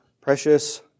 precious